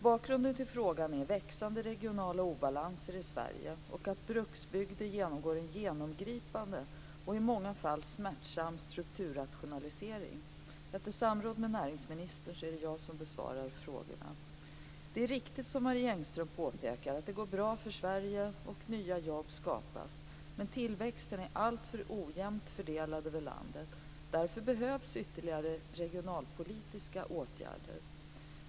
Bakgrunden till frågan är växande regionala obalanser i Sverige och att bruksbygder genomgår en genomgripande och i många fall smärtsam strukturrationalisering. Efter samråd med näringsministern är det jag som besvarar frågorna. Det är riktigt som Marie Engström påpekar att det går bra för Sverige och att nya jobb skapas. Men tillväxten är alltför ojämnt fördelad över landet. Därför behövs ytterligare regionalpolitiska åtgärder.